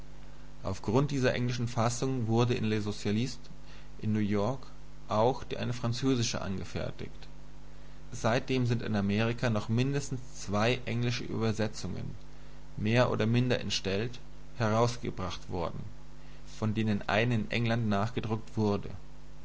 grund dieser englischen fassung wurde in le socialiste in new york auch eine französische angefertigt seitdem sind in amerika noch mindestens zwei englische übersetzungen mehr oder minder entstellt herausgebracht worden von denen eine in england nachgedruckt wurde